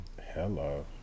Hello